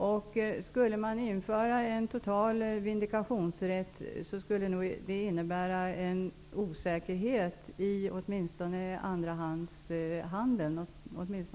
Man har ansett att ett införande av en total vindikationsrätt skulle innebära en osäkerhet, åtminstone i andrahandshandeln.